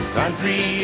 country